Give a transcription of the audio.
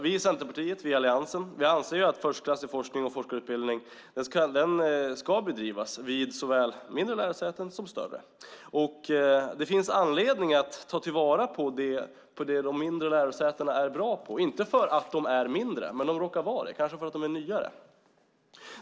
Vi i Centerpartiet och Alliansen anser att förstklassig forskning och forskarutbildning ska bedrivas vid såväl mindre lärosäten som större. Det finns anledning att ta till vara det som de mindre lärosätena är bra på - inte för att de är mindre, men de råkar vara det, kanske för att de är nyare.